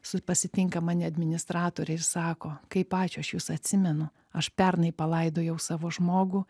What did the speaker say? su pasitinka mane administratorė ir sako kaip ačiū aš jus atsimenu aš pernai palaidojau savo žmogų